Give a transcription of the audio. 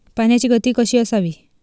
पाण्याची गती कशी असावी?